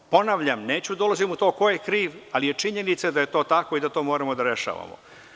Ponavljam, neću ulaziti u to ko je kriv, ali je činjenica da je to tako i da to moramo da rešavamo.